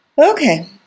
Okay